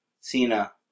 Cena